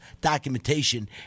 documentation